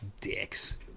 Dicks